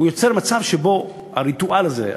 הוא יוצר מצב שבו הריטואל הזה,